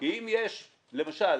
כי אם יש למשל